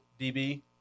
DB